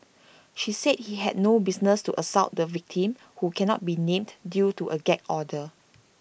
she said he had no business to assault the victim who cannot be named due to A gag order